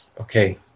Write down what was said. okay